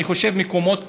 אני חושב שמקומות כאלה,